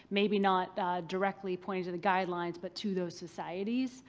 maybe not directly pointed to the guidelines, but to those societies.